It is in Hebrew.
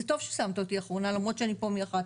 טוב ששמת אותי אחרונה, למרות שאני פה מ-11:00.